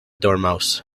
dormouse